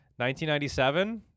1997